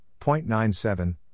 0.97